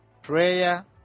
Prayer